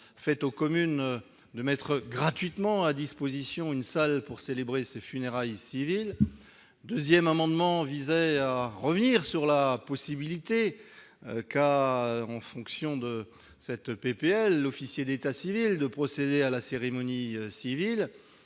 faite aux communes de mettre gratuitement à disposition une salle pour célébrer ses funérailles civiles 2ème amendement visait à revenir sur la possibilité qu'a, en fonction de cette PPL, l'officier d'état civil de procéder à la cérémonie civile